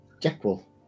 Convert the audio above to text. Jackal